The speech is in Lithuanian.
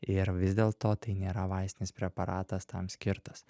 ir vis dėlto tai nėra vaistinis preparatas tam skirtas